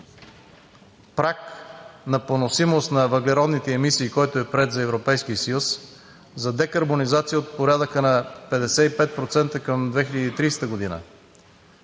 праг на поносимост на въглеродните емисии, който е приет за Европейския съюз за декарбонизация, от порядъка на 55% към 2020 г.